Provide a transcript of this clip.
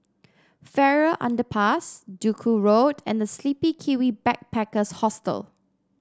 Farrer Underpass Duku Road and The Sleepy Kiwi Backpackers Hostel